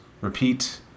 Repeat